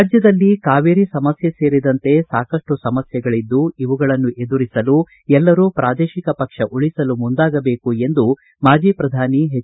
ರಾಜ್ಞದಲ್ಲಿ ಕಾವೇರಿ ಸಮಸ್ಯೆ ಸೇರಿದಂತೆ ಸಾಕಷ್ಟು ಸಮಸ್ಯೆಗಳದ್ದು ಇವುಗಳನ್ನು ಎದುರಿಸಲು ಎಲ್ಲರೂ ಪ್ರಾದೇಶಿಕ ಪಕ್ಷ ಉಳಿಸಲು ಮುಂದಾಗಬೇಕು ಎಂದು ಮಾಜಿ ಪ್ರಧಾನಿ ಎಚ್